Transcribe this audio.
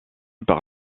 par